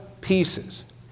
pieces